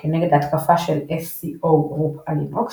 כנגד ההתקפה של SCO Group על לינוקס,